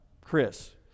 Chris